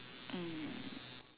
mm